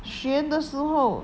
学的时候